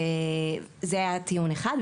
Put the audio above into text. זה היה טיעון אחד.